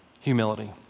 humility